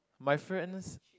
my friends